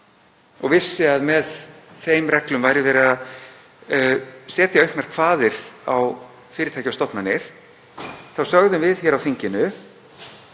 og vissi að með þeim reglum væri verið að setja auknar kvaðir á fyrirtæki og stofnanir þá sögðum við hér á þinginu: